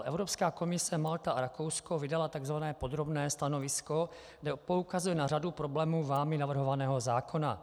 Evropská komise, Malta a Rakousko vydaly tzv. podrobné stanovisko, kde poukazují na řadu problémů vámi navrhovaného zákona.